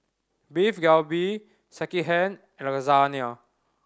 Beef Galbi Sekihan and Lasagna